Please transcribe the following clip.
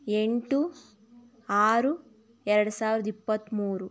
ಎಂಟು ಆರು ಎರಡು ಸಾವಿರದ ಇಪ್ಪತ್ತ್ಮೂರು